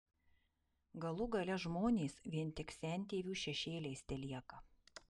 galų gale žmonės vien tik sentėvių šešėliais telieka